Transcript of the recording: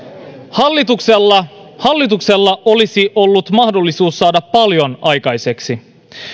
hallituksella hallituksella olisi ollut mahdollisuus saada paljon aikaiseksi